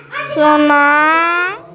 Mobile से अपन खाता के पैसा कैसे चेक करबई?